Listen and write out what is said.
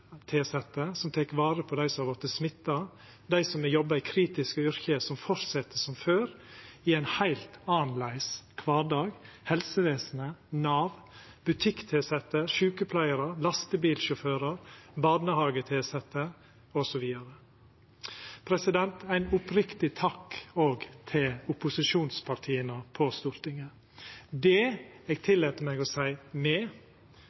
som tek vare på dei som har vorte smitta, me tenkjer på dei som jobbar i kritiske yrke, som fortset som før i ein heilt annleis kvardag: helsevesenet, Nav, butikktilsette, sjukepleiarar, lastebilsjåførar, barnehagetilsette, osv. Ein oppriktig takk òg til opposisjonspartia på Stortinget. Me – eg